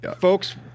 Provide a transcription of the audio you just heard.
Folks